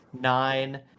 nine